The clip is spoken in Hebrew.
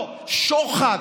לא, שוחד.